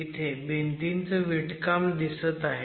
इथे भिंतींचं विटकाम दिसत आहे